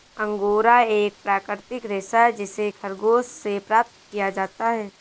angora एक प्राकृतिक रेशा है जिसे खरगोश से प्राप्त किया जाता है